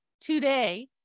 today